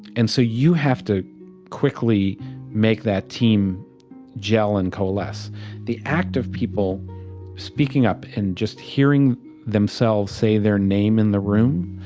and so you have to quickly make that team jell and coalesce the act of people speaking up and just hearing themselves say their name in the room